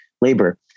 labor